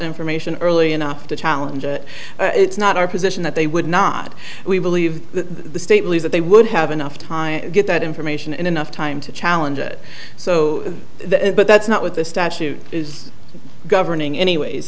information early enough to challenge it it's not our position that they would not we believe the stately that they would have enough time to get that information in enough time to challenge it so but that's not what the statute is governing anyways